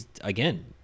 again